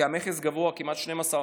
כי המכס גבוה, כמעט 12%,